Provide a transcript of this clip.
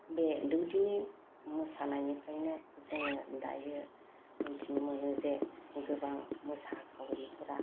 बे दौदिनि मोसानायनिफ्रायनो जोङो दायो मोनथिनो मोनो जे गोबां मोसाखावरिफोरा